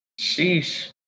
Sheesh